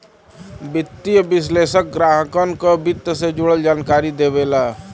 वित्तीय विश्लेषक ग्राहकन के वित्त से जुड़ल जानकारी देवेला